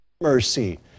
mercy